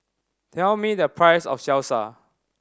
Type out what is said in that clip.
tell me the price of Salsa